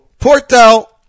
Portal